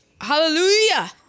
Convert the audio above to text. Hallelujah